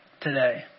today